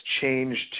changed